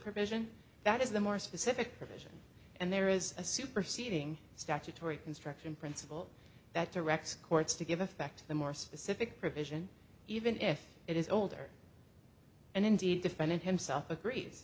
provision that is the more specific provision and there is a superseding statutory construction principle that directs courts to give effect to the more specific provision even if it is older and indeed defendant himself agrees